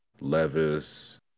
Levis